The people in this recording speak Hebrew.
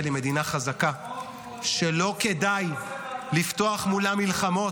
היא מדינה חזקה שלא כדאי לפתוח מולה מלחמות,